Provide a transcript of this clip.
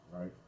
right